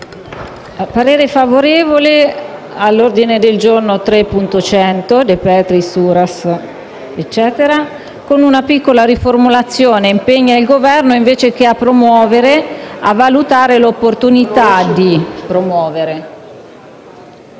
parere favorevole sull'ordine del giorno 3.100, con una piccola riformulazione: impegna il Governo, invece che «a promuovere», «a valutare l'opportunità di promuovere».